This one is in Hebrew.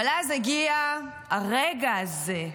אבל אז הגיע הרגע הזה,